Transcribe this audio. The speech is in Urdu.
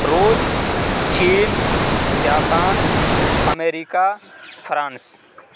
روس چین جاپان امریکہ فرانس